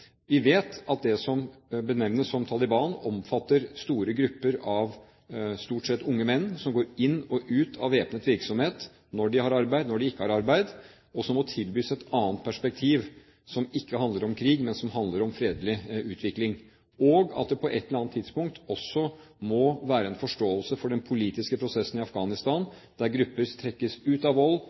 Vi vet at det som benevnes som Taliban, omfatter store grupper av stort sett unge menn som går inn og ut av væpnet virksomhet – når de har arbeid, når de ikke har arbeid – og som må tilbys et annet perspektiv, som ikke handler om krig, men som handler om fredelig utvikling. På et eller annet tidspunkt må det også være en forståelse for den politiske prosessen i Afghanistan, der grupper trekkes ut av vold